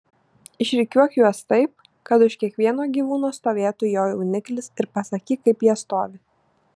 išrikiuok juos taip kad už kiekvieno gyvūno stovėtų jo jauniklis ir pasakyk kaip jie stovi